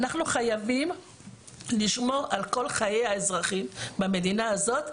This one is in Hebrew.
אנחנו חייבים לשמור על כל חיי האזרחים במדינה הזאת,